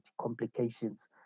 complications